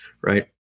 right